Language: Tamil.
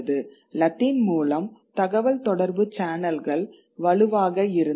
லத்தீன் மூலம் தகவல்தொடர்பு சேனல்கள் வலுவாக இருந்தன